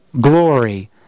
glory